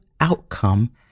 outcome